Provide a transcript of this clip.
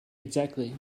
exactly